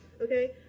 Okay